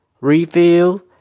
Refill